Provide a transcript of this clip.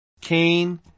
Cain